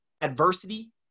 adversity